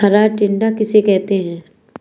हरा टिड्डा किसे कहते हैं?